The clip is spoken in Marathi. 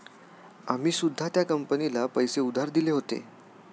आम्ही सुद्धा त्या कंपनीला पैसे उधार दिले होते